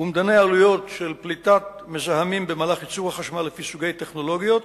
אומדני עלויות של פליטת מזהמים במהלך ייצור החשמל לפי סוגי טכנולוגיות,